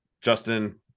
Justin